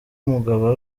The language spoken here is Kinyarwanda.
umugabo